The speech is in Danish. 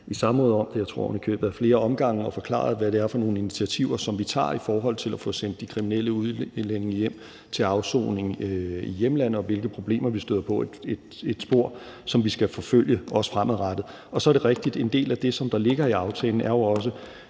i samråd om det – jeg tror ovenikøbet ad flere omgange – og forklaret, hvad det er for nogle initiativer, som vi tager i forhold til at få sendt de kriminelle udlændinge hjem til afsoning i hjemlandet, og hvilke problemer vi støder på. Det er et spor, som vi også skal forfølge fremadrettet. Så er det rigtigt, at en del af det, som ligger i aftalen, jo også